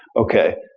okay.